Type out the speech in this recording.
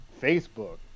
Facebook